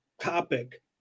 topic